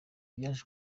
byaje